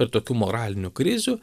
ir tokių moralinių krizių